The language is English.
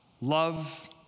love